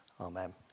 Amen